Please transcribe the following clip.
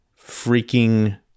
freaking